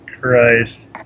Christ